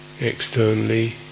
Externally